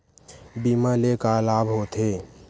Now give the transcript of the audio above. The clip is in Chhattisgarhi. बीमा ले का लाभ होथे?